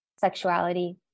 sexuality